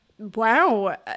Wow